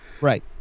right